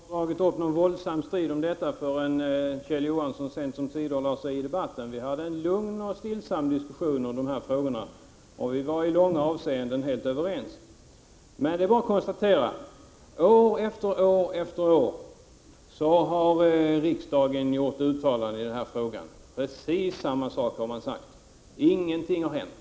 Herr talman! Det är ingen som har dragit upp en våldsam strid om detta förrän Kjell Johansson sent omsider lade sig i debatten. Vi hade en lugn och stillsam diskussion om dessa frågor. Vi var i många avseenden helt överens. Det är bara att konstatera att riksdagen år efter år har gjort uttalanden i denna fråga. Precis samma sak har man sagt. Ingenting har hänt.